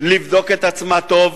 לבדוק את עצמה טוב,